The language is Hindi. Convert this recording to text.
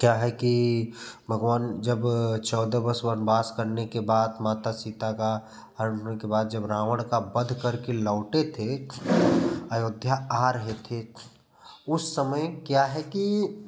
क्या है कि भगवान जब चौदह वर्ष वनवास करने के बाद माता सीता का हरण वरन के बाद जब रावण बध करके लौटे थे अयोध्या आ रहे थे उस समय क्या है कि